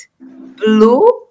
blue